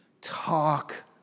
talk